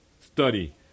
Study